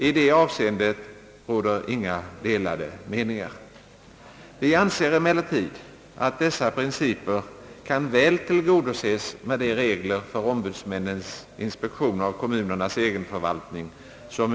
I det avseendet råder inga delade meningar. Vi anser emellertid att dessa principer kan väl tillgodoses med de regler, som utskottet förordar för ombudsmännens inspektion av kommunernas egenförvaltning.